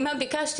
מה ביקשתי?